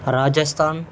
Rajasthan